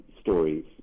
stories